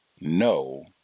no